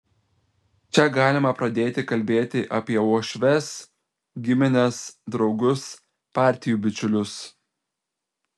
čia galima pradėti kalbėti apie uošves gimines draugus partijų bičiulius